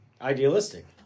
Idealistic